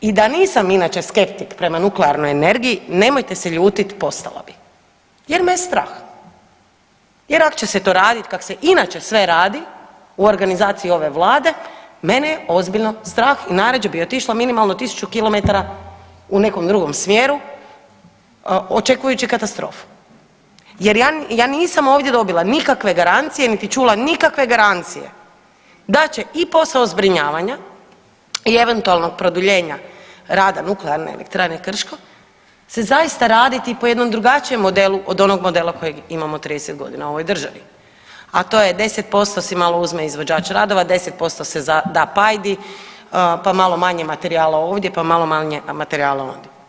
I da nisam inače skeptik prema nuklearnoj energiji, nemojte se ljutit, postala bi jer me je strah, jer ak će se to radit kak se inače sve radi u organizaciji ove Vlade, mene je ozbiljno strah i najrađe bi otišla minimalno 1000 km u nekom drugom smjeru očekujući katastrofu jer ja, ja nisam ovdje dobila nikakve garancije niti čula nikakve garancije da će i posao zbrinjavanja i eventualnog produljenja rada NE Krško se zaista raditi po jednom drugačijem modelu od onog modela kojeg imamo 30 godina u ovoj državi, a to je 10% si malo uzme izvođač radova, 10% se da pajdi, pa malo materijala ovdje, pa malo manje materijala ondje.